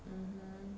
um hmm